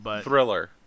thriller